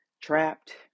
trapped